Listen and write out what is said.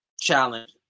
challenge